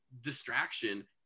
distraction